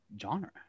genre